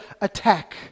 attack